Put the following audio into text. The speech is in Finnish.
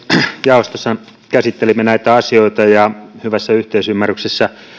jaostossa käsittelimme näitä asioita ja hyvässä yhteisymmärryksessä